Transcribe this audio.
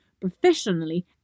professionally